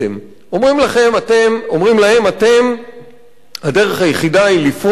אומרים להם: הדרך היחידה היא לפרוץ,